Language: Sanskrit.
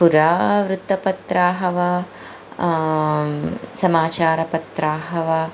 पुरा वृत्तपत्राः वा समाचारपत्राः वा